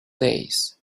days